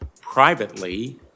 privately